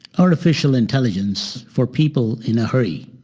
artificial intelligence for people in a hurry.